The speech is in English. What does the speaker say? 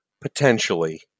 potentially